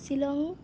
Shillong